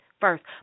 first